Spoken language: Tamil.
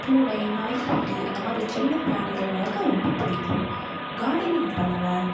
பூனை நாய்க்குட்டி அந்தமாதிரி செல்ல பிராணிகள் வளர்க்க ரொம்ப பிடிக்கும் கார்டனிங் பண்ணுவேன்